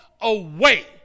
away